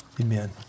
Amen